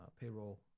payroll